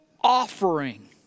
offering